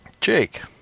Jake